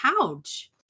couch